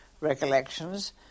recollections